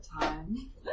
time